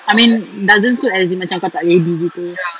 I mean doesn't suit as in macam kau tak ready gitu